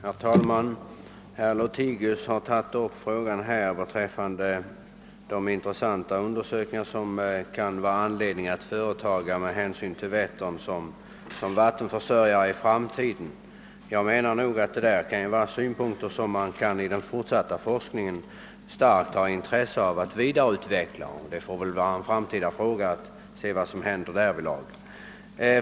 Herr talman! Herr Lothigius har tagit upp frågan om de intressanta undersökningar som det kan vara anledning att företa med hänsyn till att Vättern är avsedd som dricksvattenförsörjare i framtiden. Detta är synpunkter som man i den fortsatta forskningen kan ha starkt intresse av att vidareutveckla, och det får väl bli en framtida uppgift att se vad som händer därvidlag.